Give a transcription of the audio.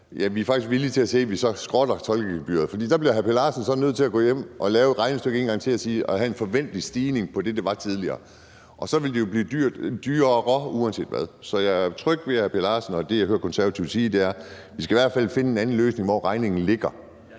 Vi er faktisk villige til at sige, at vi så skrotter tolkegebyret. For der bliver hr. Per Larsen nødt til at gå hjem og lave regnestykket en gang til og have en forventelig stigning til det, det var tidligere. Så ville det jo blive dyrere, uanset hvad. Så jeg er tryg ved hr. Per Larsen, og at det, jeg hører Konservative sige, er, at vi i hvert fald skal finde en anden løsning for, hvor regningen ligger,